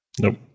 Nope